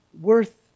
worth